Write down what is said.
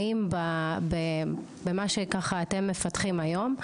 האם בבמה שככה אתם מפתחים היום,